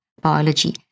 biology